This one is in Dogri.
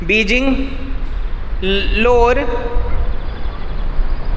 बिजिंग लहौर